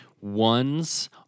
ones